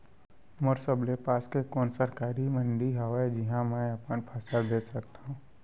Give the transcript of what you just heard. मोर सबले पास के कोन सरकारी मंडी हावे जिहां मैं अपन फसल बेच सकथव?